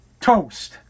toast